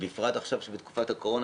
בפרט עכשיו בתקופת הקורונה,